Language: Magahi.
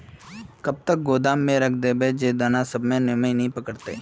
कब तक गोदाम में रख देबे जे दाना सब में नमी नय पकड़ते?